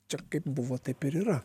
čia kaip buvo taip ir yra